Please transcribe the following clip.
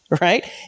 Right